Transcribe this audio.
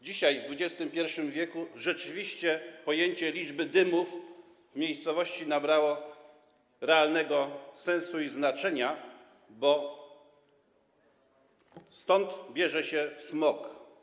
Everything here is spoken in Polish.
Dzisiaj, w XXI w., rzeczywiście pojęcie liczby dymów w miejscowości nabrało realnego sensu i znaczenia, bo stąd bierze się smog.